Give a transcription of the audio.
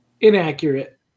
inaccurate